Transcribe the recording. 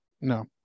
No